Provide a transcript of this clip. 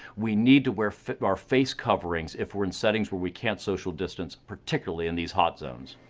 we need to wear our face coverings if were in settings where we cant social distance particularly in these hot zones.